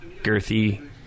Girthy